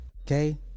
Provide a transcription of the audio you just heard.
okay